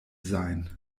sein